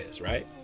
right